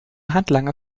handlanger